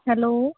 hello